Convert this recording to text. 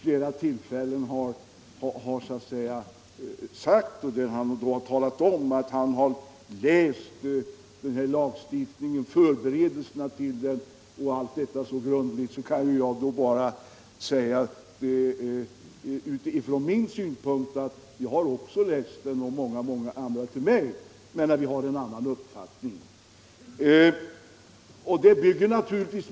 Herr Danell upprepar att han har läst förberedelsematerialet till lagstiftningen mycket grundligt. Det har också jag gjort och många andra med mig, men vi har ändå en annan uppfattning än herr Danell.